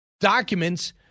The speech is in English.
documents